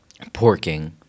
Porking